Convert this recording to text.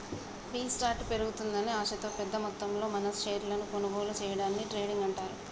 B స్టార్ట్ పెరుగుతుందని ఆశతో పెద్ద మొత్తంలో మనం షేర్లను కొనుగోలు సేయడాన్ని ట్రేడింగ్ అంటారు